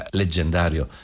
leggendario